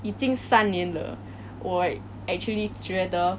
已经三年了我 actually 觉得